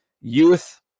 youth